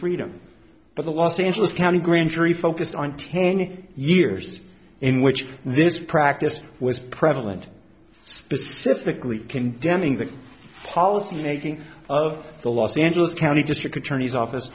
freedom but the los angeles county grand jury focused on taking the years in which this practice was prevalent specifically condemning the policy making of the los angeles county district attorney's office